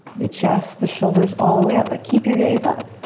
the chest, the shoulders all the way up, but keep your gaze up.